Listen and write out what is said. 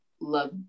love